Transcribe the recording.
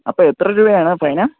അപ്പം എത്ര രൂപയാണ് ഫൈൻ